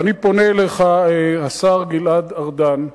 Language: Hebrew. ואני פונה אליך, השר גלעד ארדן,